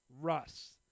Russ